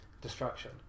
Destruction